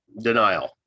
denial